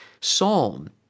psalm